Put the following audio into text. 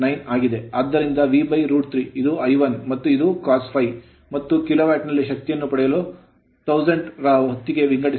ಆದ್ದರಿಂದ V√3 ಇದು I1 ಮತ್ತು ಇದು cos phi ಮತ್ತು ಕಿಲೋ ವ್ಯಾಟ್ ನಲ್ಲಿ ಶಕ್ತಿಯನ್ನು ಪಡೆಯಲು 1000 ರ ಹೊತ್ತಿಗೆ ವಿಂಗಡಿಸಲಾಗಿದೆ